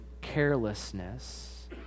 carelessness